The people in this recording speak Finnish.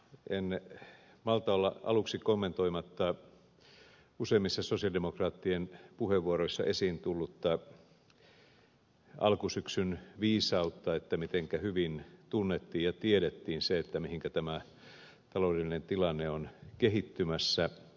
en malta olla aluksi kommentoimatta useimmissa sosialidemokraattien puheenvuoroissa esiin tullutta alkusyksyn viisautta mitenkä hyvin tunnettiin ja tiedettiin se mihinkä tämä taloudellinen tilanne on kehittymässä